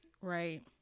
Right